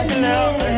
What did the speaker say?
know.